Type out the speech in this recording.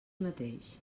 mateix